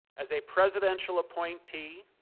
as a presidential appointee,